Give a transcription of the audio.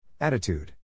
Attitude